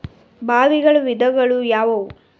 ಬಾವಿಗಳ ವಿಧಗಳು ಯಾವುವು?